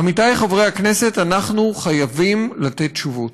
עמיתי חברי הכנסת, אנחנו חייבים לתת תשובות.